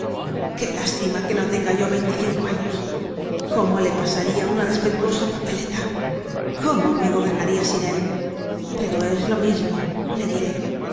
qué lastima que no tenga yo veinticinco años cómo le pasaria una respetuosa papeleta cómo me gobernaria sin él pero es lo mismo le diré